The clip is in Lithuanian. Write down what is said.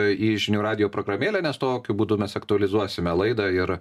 į žinių radijo programėlę nes tokiu būdu mes aktualizuosime laidą ir